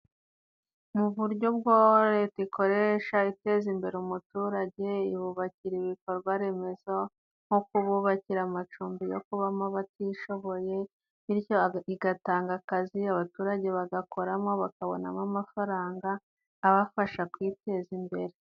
Mu buryo bwo leta ikoresha iteza imbere umuturage, ibubakira ibikorwa remezo nko kububakira amacumbi yo kubamo abatishoboye, bityo igatanga akazi abaturage bagakoramo, bakabonamo amafaranga abafasha kwiteza imbere.